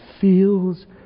feels